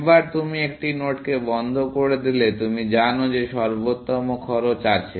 একবার তুমি একটি নোডকে বন্ধ করে দিলে তুমি জানো যে সর্বোত্তম খরচ আছে